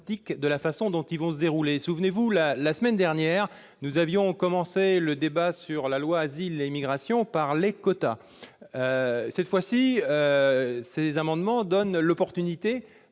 de la façon dont ils vont se dérouler. Souvenez-vous, la semaine dernière, nous avions commencé le débat sur la loi Asile et immigration par les quotas ... Aujourd'hui, ces amendements nous donnent l'occasion